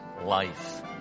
Life